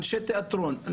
אנשי תיאטרון,